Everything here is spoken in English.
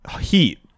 heat